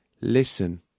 listen